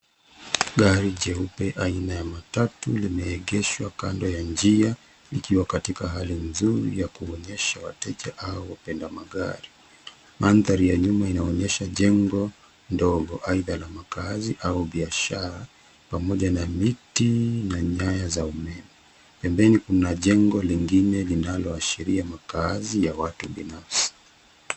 Gari jeupe aina ya matatu limeegeshwa kando ya njia likiwa katika hali nzuri ya kuonyeshwa wateja au wapenda magari. Mandhari ya nyuma inaonyesha jengo ndogo aidha la makazi au biashara pamoja na miti ya nyaya za umeme. Pembeni kuna jengo lingine linaloashiria makaazi ya watu binafsi.